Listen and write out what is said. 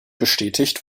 bestätigt